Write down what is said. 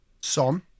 Son